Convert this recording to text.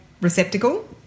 receptacle